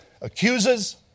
accuses